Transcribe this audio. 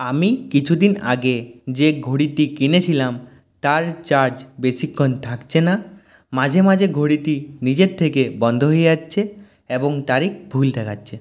আমি কিছুদিন আগে যে ঘড়িটি কিনেছিলাম তার চার্জ বেশিক্ষণ থাকছে না মাঝে মাঝে ঘড়িটি নিজের থেকে বন্ধ হয়ে যাচ্ছে এবং তারিখ ভুল দেখাচ্ছে